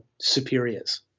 superiors